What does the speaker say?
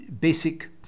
basic